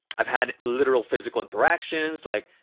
i've had literal physical interactions, like,